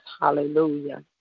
Hallelujah